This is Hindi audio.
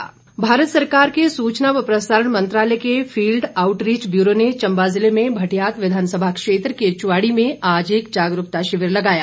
शिविर भारत सरकार के सूचना व प्रसारण मंत्रालय के फील्ड आउटरीच ब्यूरो ने चंबा जिले में भटियात विधानसभा क्षेत्र के चुवाड़ी में आज एक जागरूकता शिविर लगाया